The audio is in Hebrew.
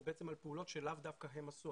זה בעצם על פעולות שלאו דווקא הם עשו.